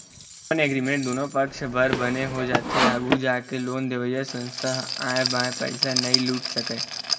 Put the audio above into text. loan agreement दुनो पक्छ बर बने हो जाथे आघू जाके लोन देवइया संस्था ह आंय बांय पइसा नइ लूट सकय